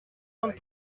vingt